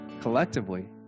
collectively